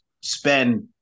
spend